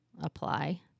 apply